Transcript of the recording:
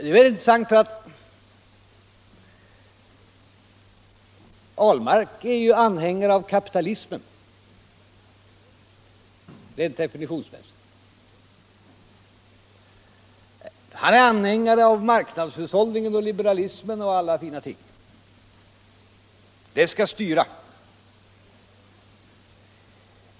Det är intressant, för herr Ahlmark är ju anhängare av kapitalismen rent definitionsmässigt. Han är anhängare av marknadshushållningen och liberalismen och alla dessa ting. De skall styra.